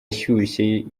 ashyushye